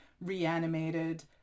reanimated